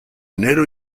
enero